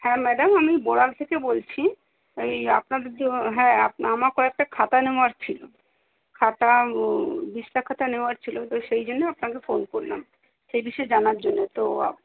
হ্যাঁ ম্যাডাম আমি বড়াল থেকে বলছি ওই আপনাদের যে ও হ্যাঁ আপ আমার কয়েকটা খাতা নেওয়ার ছিল খাতা দিস্তা খাতা নেওয়ার ছিল তো সেই জন্য আপনাকে ফোন করলাম সেই বিষয়ে জানার জন্যে তো আপ